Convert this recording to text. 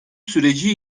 süreci